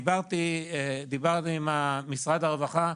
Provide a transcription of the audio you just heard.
דיברתי עם משרד הרווחה,